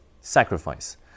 Sacrifice